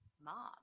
mom